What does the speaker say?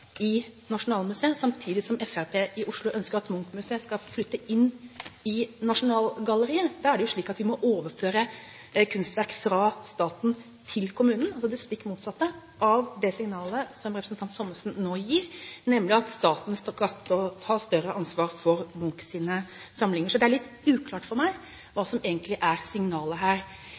i Nasjonalmuseet, samtidig som Fremskrittspartiet i Oslo ønsker at Munch-museet skal flyttes inn i Nasjonalgalleriet, må vi jo overføre kunstverk fra staten til kommunen – altså det stikk motsatte av det signalet som representanten Thomsen nå gir, nemlig at staten skal ta større ansvar for Munchs samlinger. Så det er litt uklart for meg hva som egentlig er signalet her.